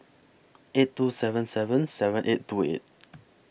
eight two seven seven seven eight two eight